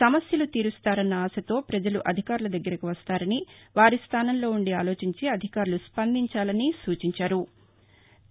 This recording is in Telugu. సమస్యలు తీరుస్తారన్న ఆశతో ప్రపజలు అధికారుల దగ్గరకు వస్తారని వారి స్దానంలో ఉండి ఆలోచించి అధికారులు స్పందించాలని సూచించారు